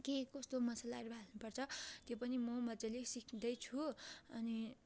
के कस्तो मसलाहरू हाल्नुपर्छ त्यो पनि म मजाले सिक्दैछु अनि